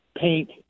paint